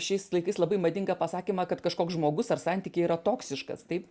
šiais laikais labai madinga pasakymą kad kažkoks žmogus ar santykiai yra toksiškas taip